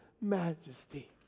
majesty